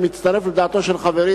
אני מצטרף לדעתו של חברי,